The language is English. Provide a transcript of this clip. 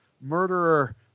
murderer